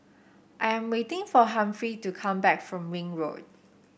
I am waiting for Humphrey to come back from Ring Road